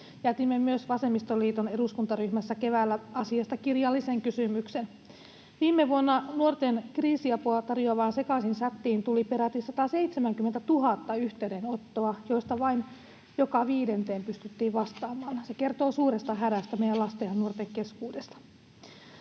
Jätimme myös vasemmistoliiton eduskuntaryhmässä keväällä asiasta kirjallisen kysymyksen. Viime vuonna nuorten kriisiapua tarjoavaan Sekasin-chatiin tuli peräti 170 000 yhteydenottoa, joista vain joka viidenteen pystyttiin vastaamaan. Se kertoo suuresta hädästä meidän lasten ja nuorten keskuudessa.